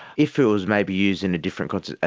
if it was maybe used in a different context,